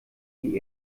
die